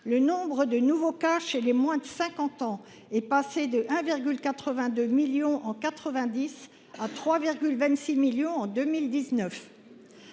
le nombre de nouveaux cas chez les moins de 50 ans est passé de 1,82 million en 1990 à 3,26 millions en 2019.